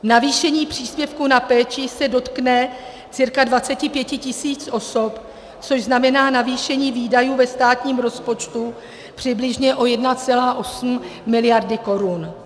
Navýšení příspěvku na péči se dotkne cirka 25 tisíc osob, což znamená navýšení výdajů ve státním rozpočtu přibližně o 1,8 miliardy korun.